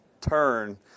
turn